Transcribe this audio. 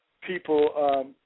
people